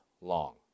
long